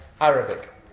Arabic